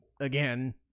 again